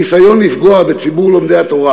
הניסיון לפגוע בציבור לומדי התורה